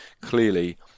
clearly